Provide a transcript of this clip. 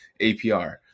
APR